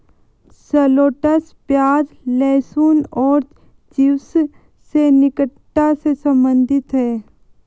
shallots प्याज, लहसुन और चिव्स से निकटता से संबंधित है